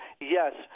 yes